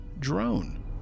drone